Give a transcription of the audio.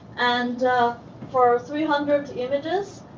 and for three hundred images,